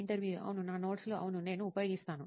ఇంటర్వ్యూఈ అవును నా నోట్స్ లు అవును నేను ఉపయోగిస్తాను